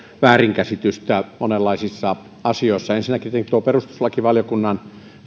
väärinkäsitystä monenlaisissa asioissa ensinnäkin on tietenkin perustuslakivaliokunnan